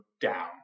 down